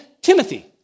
Timothy